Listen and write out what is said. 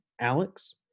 alex